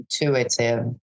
Intuitive